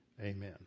Amen